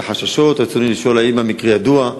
רצוני לשאול: 1. האם המקרה ידוע?